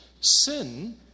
sin